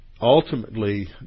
ultimately